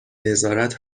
نظارت